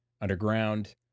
underground